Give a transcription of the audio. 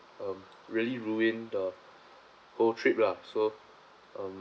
um really ruined the whole trip lah so um